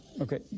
Okay